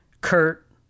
Kurt